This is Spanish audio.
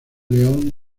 león